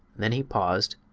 then he paused,